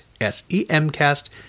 S-E-M-Cast